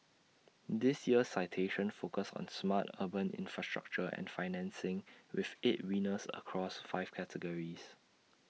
this year's citations focus on smart urban infrastructure and financing with eight winners across five categories